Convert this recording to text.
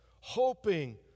hoping